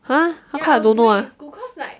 !huh! how come I don't know ah